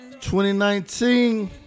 2019